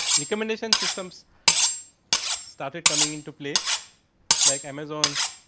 recommendation systems started coming into play like amazons